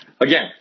Again